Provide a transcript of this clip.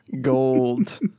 Gold